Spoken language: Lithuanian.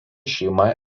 šeima